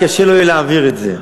אז יהיה לו קשה להעביר את זה.